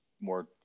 more